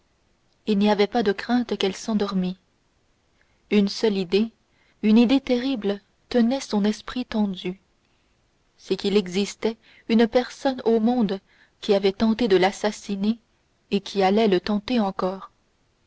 il n'y avait pas de crainte qu'elle s'endormît une seule idée une idée terrible tenait son esprit tendu c'est qu'il existait une personne au monde qui avait tenté de l'assassiner et qui allait le tenter encore